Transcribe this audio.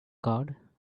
card